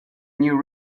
new